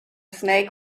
snake